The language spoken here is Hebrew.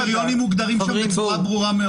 הקריטריונים מוגדרים שם בצורה ברורה מאוד.